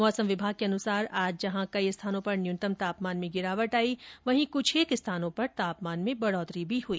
मौसम विभाग के अनुसार आज जहां कई स्थानों पर न्यूनतम तापमान में गिरावट आई वहीं क्छ एक स्थानों पर तापमान में बढ़ोतरी भी दर्ज की गई